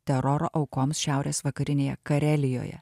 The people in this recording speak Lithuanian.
teroro aukoms šiaurės vakarinėje karelijoje